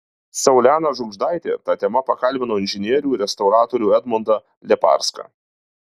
saulena žiugždaitė ta tema pakalbino inžinierių restauratorių edmundą leparską